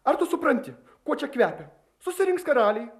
ar tu supranti kuo čia kvepia susirinks karaliai